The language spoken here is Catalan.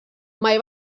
mai